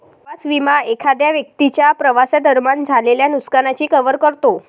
प्रवास विमा एखाद्या व्यक्तीच्या प्रवासादरम्यान झालेल्या नुकसानाची कव्हर करतो